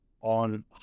on